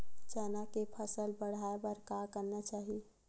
चना के फसल बढ़ाय बर का करना चाही?